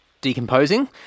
decomposing